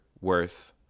worth